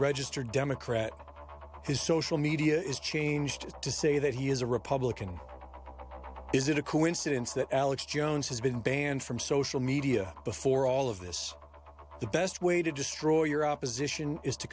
registered democrat his social media is changed to say that he is a republican is it a coincidence that alex jones has been banned from social media before all of this the best way to destroy your opposition is to